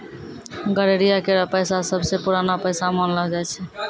गड़ेरिया केरो पेशा सबसें पुरानो पेशा मानलो जाय छै